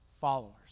followers